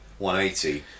180